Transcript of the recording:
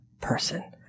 person